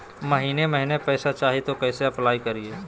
महीने महीने पैसा चाही, तो कैसे अप्लाई करिए?